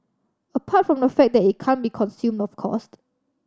apart from the fact that it can't be consume of cause